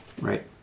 Right